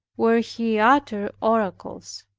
where he uttered oracles.